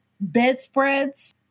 bedspreads